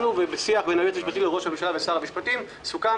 בשיח בין היועץ המשפטי לראש המשלה ושר המשפטים סוכם